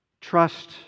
trust